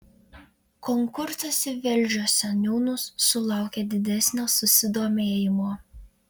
konkursas į velžio seniūnus sulaukė didesnio susidomėjimo